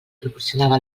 proporcionava